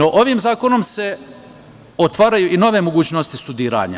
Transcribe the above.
Ovim zakonom se otvaraju i nove mogućnosti za studiranje.